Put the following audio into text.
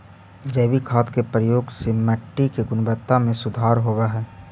जैविक खाद के प्रयोग से मट्टी के गुणवत्ता में सुधार होवऽ हई